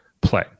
play